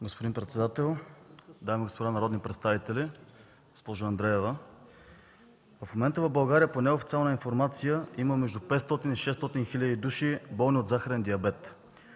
Господин председател, дами и господа народни представители, госпожо Андреева! В момента в България по неофициална информация има 500-600 хиляди души, болни от захарен диабет.